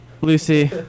Lucy